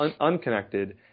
unconnected